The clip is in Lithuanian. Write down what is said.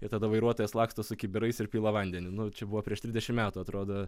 ir tada vairuotojas laksto su kibirais ir pila vandenį nu čia buvo prieš trisdešim metų atrodo